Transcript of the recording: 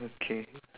okay